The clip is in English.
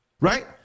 Right